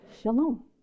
shalom